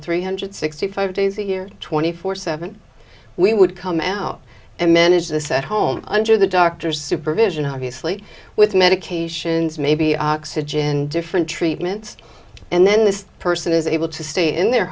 three hundred sixty five days a year twenty four seven we would come out and manage this at home under the doctor's supervision obviously with medications maybe oxygen and different treatments and then this person is able to stay in their